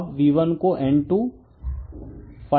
अब V1 को N25 KV दिया गया है